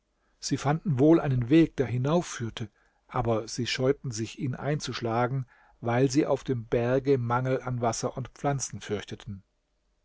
sie fanden wohl einen weg der hinauf führte aber sie scheuten sich ihn einzuschlagen weil sie auf dem berge mangel an wasser und pflanzen fürchteten